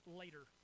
later